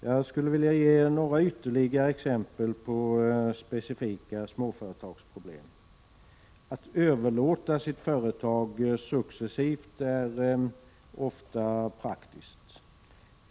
Jag skulle vilja ge några exempel på specifika småföretagsproblem. Att överlåta sitt företag successivt är ofta praktiskt.